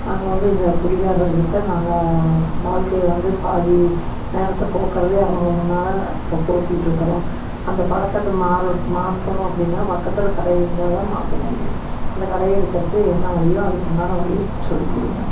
நாங்கள் வந்து இந்த குடிகாரர்கிட்ட நாங்கள் வாழ்க்கையை வந்து பாதி நேரத்தை போக்குறதே அவங்க முன்னால் இப்போ போக்கிட்ருக்குறோம் அந்த பழக்கத்தை மாற மாற்றணும் அப்படின்னா பக்கத்தில் கடை இருந்தால் தான் மாற்ற முடியும் அந்த கடையை எடுக்கிறக்கு என்ன வழியோ அதுக்குண்டான வழி சொல்லிக்கொடுங்க